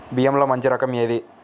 బియ్యంలో మంచి రకం ఏది?